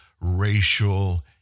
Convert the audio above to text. racial